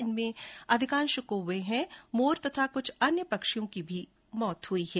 इनमें ज्यादातर कौवे हैं मोर तथा कुछ अन्य पक्षियों की भी मौत हुई है